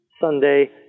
Sunday